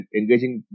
engaging